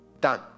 done